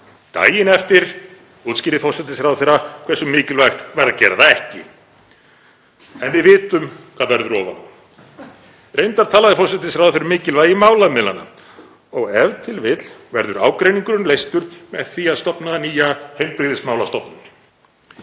Daginn eftir útskýrði forsætisráðherra hversu mikilvægt væri að gera það ekki. En við vitum hvað verður ofan á. Reyndar talaði forsætisráðherra um mikilvægi málamiðlana og e.t.v. verður ágreiningurinn leystur með því að stofna nýja heilbrigðismálastofnun.